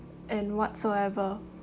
and whatsoever